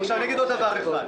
עוד דבר אחד.